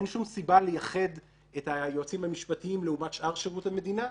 שאין שום סיבה לייחד את היועצים המשפטיים לעומת שאר שירות המדינה,